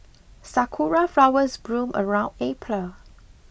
sakura flowers bloom around April